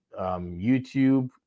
YouTube